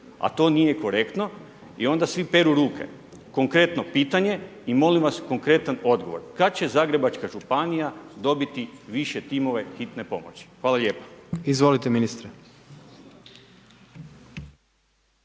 a to nije korektno i onda svi peru ruke. Konkretno pitanje i molim Vas konkretan odgovor. Kad će Zagrebačka županija dobiti više timova iz hitne pomoći. Hvala lijepa. **Jandroković,